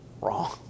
Wrong